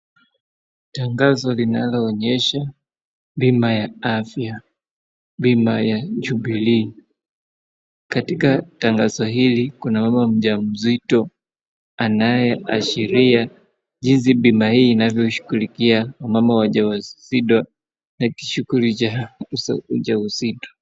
Tangazo linaloonyesha bima ya afya, bima ya Jubilee . Katika tangazo hili kuna mama mjamzito anayeashiria jinsi bima hii inavyoshughulikia wamama wajawazito na kishugurikia ujawazito.